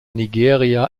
nigeria